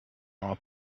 our